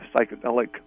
psychedelic